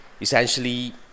essentially